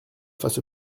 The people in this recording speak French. face